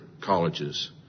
colleges